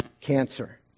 cancer